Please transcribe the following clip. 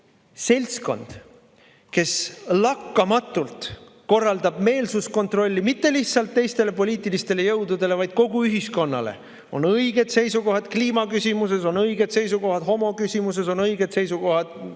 seltskond, kes lakkamatult korraldab meelsuskontrolli mitte lihtsalt teistele poliitilistele jõududele, vaid kogu ühiskonnale – on õiged seisukohad kliimaküsimuses, on õiged seisukohad homoküsimuses, on õiged seisukohad Vene küsimuses või ükskõik mis